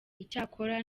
icyakora